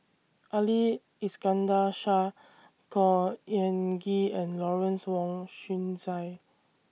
Ali Iskandar Shah Khor Ean Ghee and Lawrence Wong Shyun Tsai